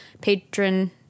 Patron